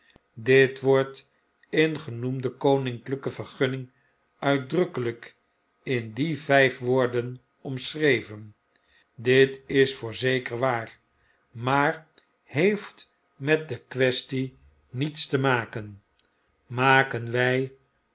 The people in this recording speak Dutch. dit wordt in genoemde koninklijke vergunning uitdrukkelp in die vjjf woorden omschreven dit is voorzeker waar maar heeft met de quaestie niets te maken maken wjj